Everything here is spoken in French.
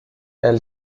elle